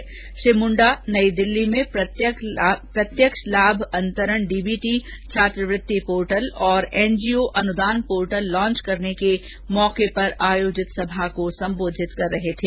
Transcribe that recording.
अर्जुन मुंडा नई दिल्ली में प्रत्यक्ष लाभ अंतरण डीबीटी छात्रवृत्ति पोर्टल और एनजीओ अनुदान पोर्टल लॉन्च करने के अवसर पर आयोजित सभा को संबोधित कर रहे थे